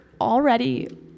already